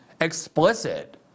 explicit